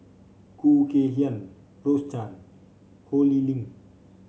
Khoo Kay Hian Rose Chan Ho Lee Ling